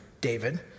David